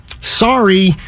sorry